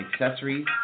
accessories